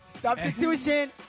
Substitution